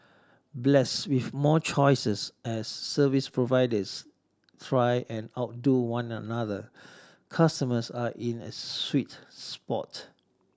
blessed with more choices as service providers try and outdo one another customers are in a sweet spot